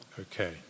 Okay